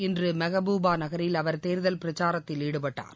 இன்று மஹபூபா நகரில் அவர் தேர்தல் பிரச்சாரத்தில் ஈடுபட்டார்